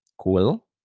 Cool